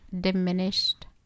diminished